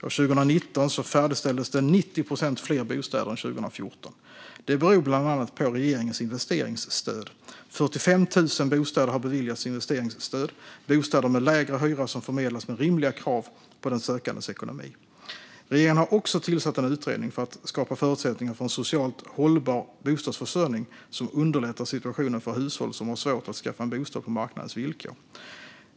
År 2019 färdigställdes det 90 procent fler bostäder än 2014. Det beror bland annat på regeringens investeringsstöd. 45 000 bostäder har beviljats investeringsstöd - bostäder med lägre hyra som förmedlas med rimliga krav på den sökandes ekonomi. Regeringen har också tillsatt en utredning för att skapa förutsättningar för en socialt hållbar bostadsförsörjning som underlättar situationen för hushåll som har svårt att skaffa en bostad på marknadens villkor.